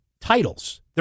titles